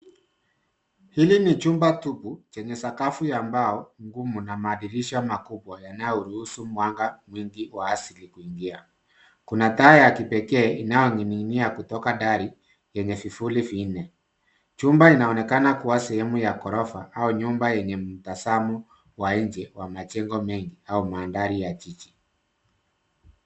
Hili ni chumba tubu, chenye sakafu ya mbao ngumu na madirisha makubwa yanayoruhusu mwanga mwingi wa asili kuingia. Kuna taa ya kipekee inayoning'inia kutoka dari yenye vifuli vinne. Chumba inaonekana kuwa sehemu ya ghorofa au nyumba yenye mtazamo wa nje wa majengo mengi au mandhari ya jiji.